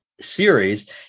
series